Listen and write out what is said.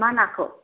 मा नाखौ